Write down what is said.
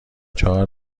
چهار